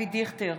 כמו שנקבע הדיון,